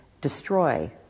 destroy